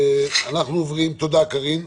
תודה, קארין.